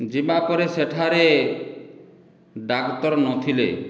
ଯିବା ପରେ ସେଠାରେ ଡାକ୍ତର ନଥିଲେ